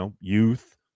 youth